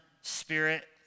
spirit